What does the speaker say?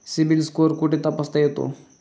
CIBIL score कुठे तपासता येतो?